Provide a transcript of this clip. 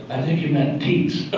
i think he meant, teets.